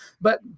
But-